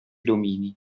domini